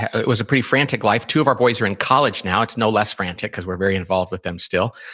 it was a pretty frantic life. two of our boys are in college now. it's no less frantic, because we're very involved with them still.